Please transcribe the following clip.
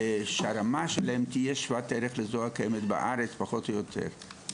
ושהרמה שלהם תהיה שוות ערך לזאת הקיימת בארץ פחות או יותר.